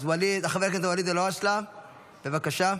אז חבר הכנסת ואליד אלהואשלה, בבקשה.